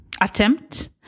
attempt